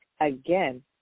Again